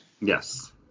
Yes